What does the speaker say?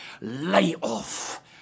layoff